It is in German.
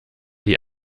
die